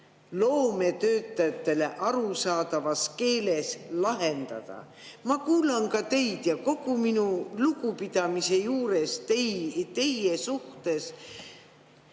loometöötajatele arusaadavas keeles lahendada. Ma kuulan teid ja kogu minu lugupidamise juures teie suhtes,